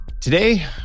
Today